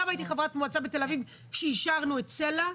הייתי גם חברת מועצת תל אביב כשאישרנו את סל"ע,